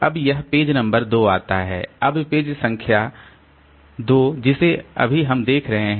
अब यह page number 2 आता है अब पेज संख्या 2 जिसे अभी हम देख रहे हैं